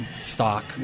Stock